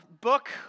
book